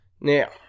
now